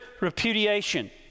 repudiation